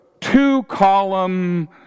two-column